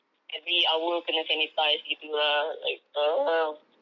every hour kena sanitise gitu ah like ugh